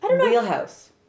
wheelhouse